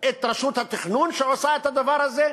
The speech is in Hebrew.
את רשות התכנון שעושה את הדבר הזה?